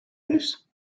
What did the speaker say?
heeft